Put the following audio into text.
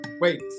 Wait